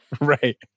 Right